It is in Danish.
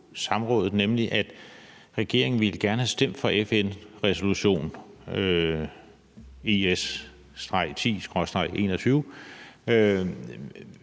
samrådet, nemlig at regeringen gerne ville have stemt for FN-resolution IS-10/21,